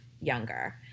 younger